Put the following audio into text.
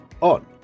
on